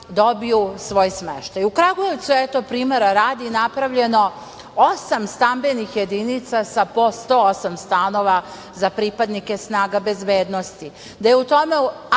dobiju svoj smeštaj.U kakvoj je sve to primera radi napravljeno osam stambenih jedinica sa po 108 stanova za pripadnike Snaga bezbednosti,